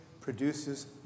produces